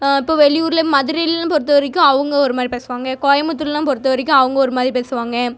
இப்போ வெளியூரில் மதுரையில்லாம் பொறுத்த வரைக்கும் அவங்க ஒருமாதிரி பேசுவாங்க கோயம்புத்தூர் எல்லாம் பொறுத்த வரைக்கும் அவங்க ஒருமாதிரி பேசுவாங்க